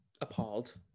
appalled